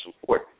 support